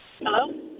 Hello